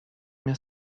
mehr